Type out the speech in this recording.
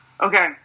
Okay